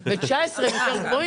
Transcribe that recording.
נופלים?